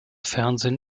fernsehen